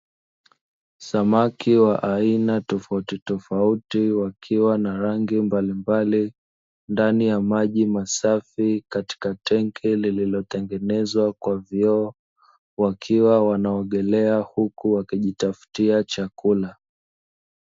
Samaki wa aina tofauti tofauti wakiwa na rangi mbalimbali, ndani ya maji masafi katika tenki lililotengenezwa kwa vioo, wakiwa wanaogelea huku wakijitaftia chakula.